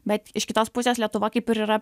bet iš kitos pusės lietuva kaip ir yra